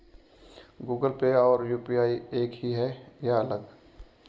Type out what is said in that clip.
Google Pay और UPI एक ही है या अलग?